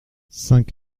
cinq